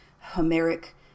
Homeric